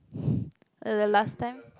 at the last time